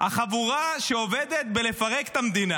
החבורה שעובדת בלפרק את המדינה.